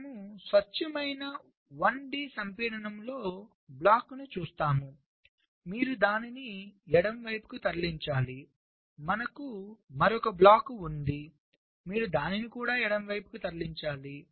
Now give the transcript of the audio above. మనము స్వచ్ఛమైన 1 డి సంపీడనంలో బ్లాక్ చూస్తాము మీరు దానిని ఎడమ వైపుకు తరలించాలి మనకు మరొక బ్లాక్ ఉంది మీరు దానిని కూడా ఎడమ వైపుకు తరలించాలి